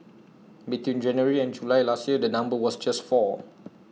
between January and July last year the number was just four